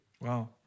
Wow